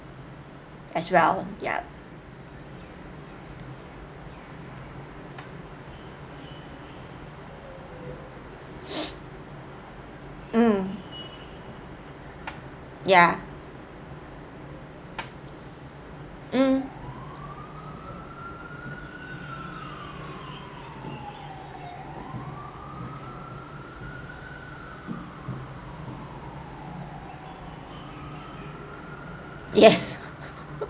as well yup mm ya mm yes